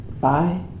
Bye